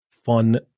fun